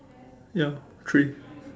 ya three